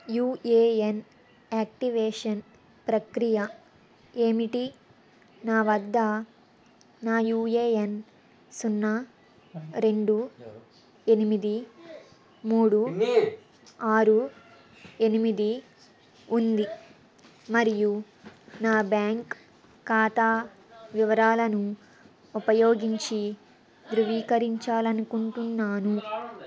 UAN activation ప్రక్రియ ఏమిటి నా వద్ద నా యూఏఎన్ సున్నా రెండు ఎనిమిది మూడు ఆరు ఎనిమిది ఉంది మరియు నా బ్యాంక్ ఖాతా వివరాలను ఉపయోగించి ధృవీకరించాలనుకుంటున్నాను